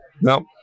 No